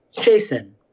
Jason